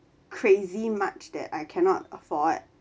crazy much that I cannot afford